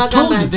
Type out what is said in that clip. told